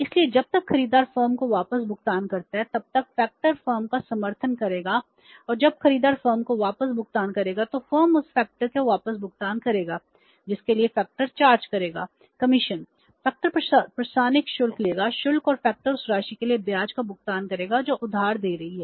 इसलिए जब तक खरीदार फर्म को वापस भुगतान करता है तब तक फैक्टर उस राशि के लिए ब्याज का भुगतान करेंगे जो उधार दे रही है